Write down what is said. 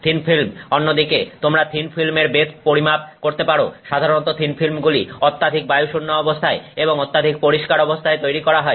thin film অন্যদিকে তোমরা thin ফিল্মের বেধ পরিমাপ করতে পারো সাধারণত থিন ফিল্মগুলি অত্যাধিক বায়ুশূন্য অবস্থায় এবং অত্যাধিক পরিষ্কার অবস্থায় তৈরি করা হয়